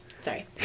sorry